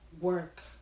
work